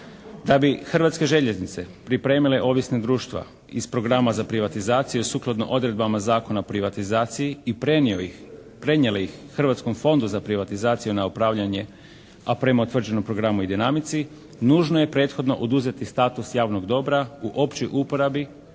Da bi Hrvatske željeznice pripremile ovisna društva iz programa za privatizaciju sukladno odredbama Zakona o privatizaciji i prenijeli ih, prenijeli ih Hrvatskom fondu za privatizaciju na upravljanje a prema utvrđenom programu i dinamici, nužno je prethodno oduzeti status javnog dobra u općoj uporabi